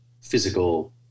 physical